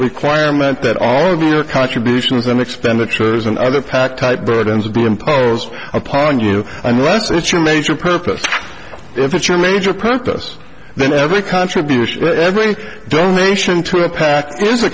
requirement that all of your contributions and expenditures and other pack type burdens be imposed upon you unless it's your major purpose if it's your major purpose then every contribution or every donation to a pac is a